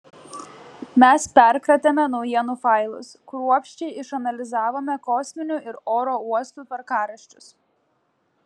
mes perkratėme naujienų failus kruopščiai išanalizavome kosminių ir oro uostų tvarkaraščius